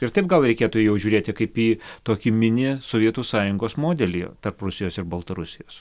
ir taip gal reikėtų jau žiūrėti kaip į tokį mini sovietų sąjungos modelį tarp rusijos ir baltarusijos